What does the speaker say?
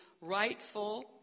rightful